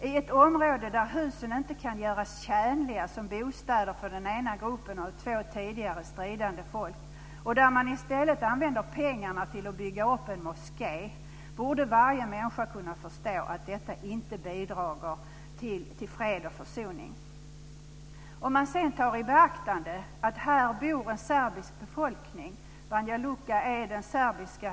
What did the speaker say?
I det här området kan husen inte göras tjänliga som bostäder för den ena gruppen av två tidigare stridande folk. I stället använder man pengarna till att bygga upp en moské. Varje människa borde kunna förstå att detta inte bidrar till fred och försoning. Banja Luca är huvudstad i Republika Srpska.